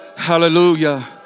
Hallelujah